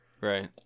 right